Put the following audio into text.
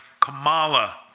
Kamala